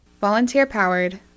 Volunteer-powered